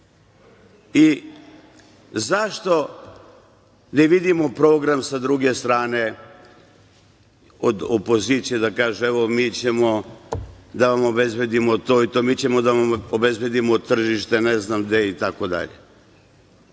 Zašto ne vidimo program sa druge strane od opozicije, da kaže - evo, mi ćemo da vam obezbedimo to i to, mi ćemo da vam obezbedimo tržište ne znam gde, itd? Znate